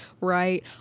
right